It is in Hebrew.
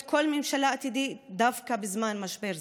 כל ממשלה עתידית דווקא בזמן משבר זה.